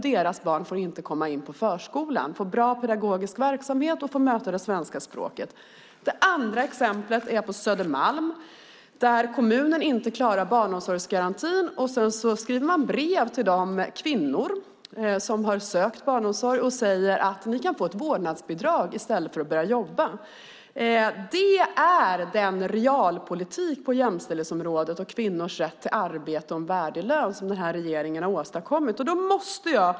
Deras barn får inte komma in på förskolan, får inte delta i bra pedagogisk verksamhet och inte möta det svenska språket. Det andra exemplet finns på Södermalm. Där klarar kommunen inte barnomsorgsgarantin utan skriver brev till de kvinnor som sökt barnomsorg och säger att de kan få ett vårdnadsbidrag i stället för att börja jobba. Det är den realpolitik på jämställdhetsområdet - kvinnors rätt till arbete och en värdig lön - som den nuvarande regeringen åstadkommit.